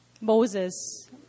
Moses